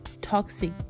toxic